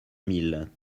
mille